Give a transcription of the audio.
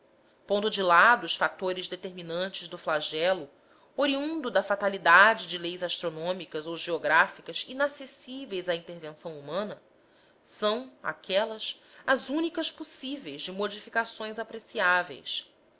pondo de lado os fatores determinantes do flagelo oriundos da fatalidade de leis astronômicas ou geográficas inacessíveis à intervenção humana são aquelas as únicas passíveis de modificações